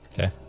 Okay